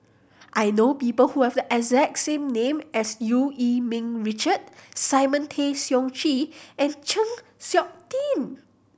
I know people who have the exact same name as Eu Yee Ming Richard Simon Tay Seong Chee and Chng Seok Tin